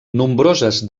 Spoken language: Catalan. nombroses